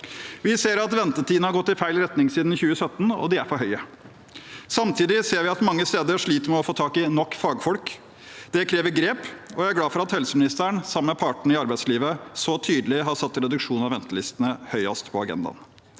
Vi ser at ventetidene har gått i feil retning siden 2017, og de er for lange. Samtidig ser vi at man mange steder sliter med å få tak i nok fagfolk. Det krever at vi tar grep, og jeg er glad for at helseministeren, sammen med partene i arbeidslivet, så tydelig har satt reduksjon av ventelistene høyest på agendaen.